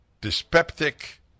dyspeptic